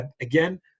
again